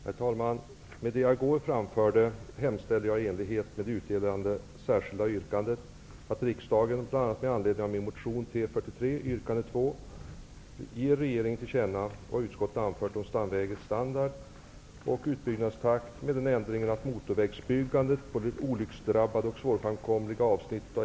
Herr talman! Med hänvisning till det jag i går framförde hemställer jag i enlighet med det utdelade särskilda yrkandet att riksdagen, bl.a. med anledning av min motion T43 yrkande 2, ger regeringen till känna vad utskottet anfört om stamvägnätets standard och utbyggnadstakt, med den ändringen att motorvägsbyggande på det olycksdrabbade och svårframkomliga avsnittet av